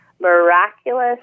miraculous